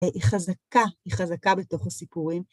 היא חזקה, היא חזקה בתוך הסיפורים.